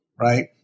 right